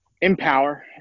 empower